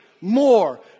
more